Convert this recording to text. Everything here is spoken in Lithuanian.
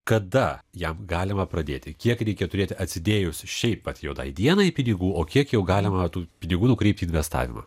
kada jam galima pradėti kiek reikia turėti atsidėjus šiaip vat juodai dienai pinigų o kiek jau galima tų pinigų nukreipt į investavimą